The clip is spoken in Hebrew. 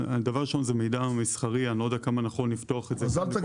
זה מידע מסחרי ואני לא יודע כמה נכון לפתוח את זה -- אז אל תגיד.